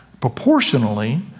proportionally